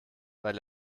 weil